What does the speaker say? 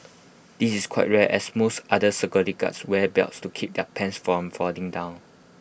this is quite rare as most other security guards wear belts to keep their pants from falling down